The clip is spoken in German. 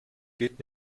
geht